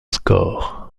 score